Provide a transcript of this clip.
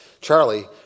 Charlie